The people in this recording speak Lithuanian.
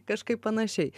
kažkaip panašiai